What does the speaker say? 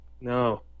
No